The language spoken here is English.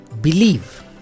believe